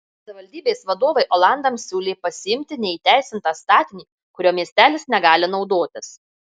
savivaldybės vadovai olandams siūlė pasiimti neįteisintą statinį kuriuo miestelis negali naudotis